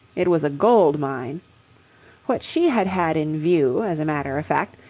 it was a gold-mine what she had had in view, as a matter of fact,